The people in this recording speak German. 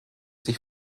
sich